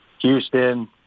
Houston